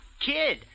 kid